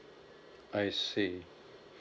I see